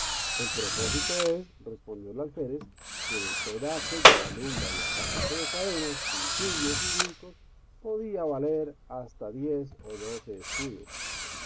el propósito es respondió el alférez de que toda aquella balumba y aparato de cadenas cintillos y brincos podía valer hasta diez o doce escudos